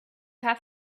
have